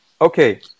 okay